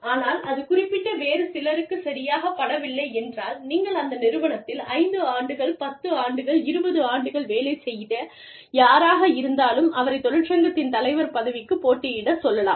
ஆனால் அது குறிப்பிட்ட வேறு சிலருக்குச் சரியாகப் படவில்லை என்றால் நீங்கள் அந்த நிறுவனத்தில் 5 ஆண்டுகள் 10 ஆண்டுகள் 20 ஆண்டுகள் வேலை செய்த யாராக இருந்தாலும் அவரை தொழிற்சங்கத்தின் தலைவர் பதவிக்குப் போட்டியிடச் சொல்லலாம்